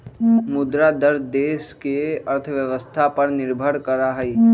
मुद्रा दर देश के अर्थव्यवस्था पर निर्भर करा हई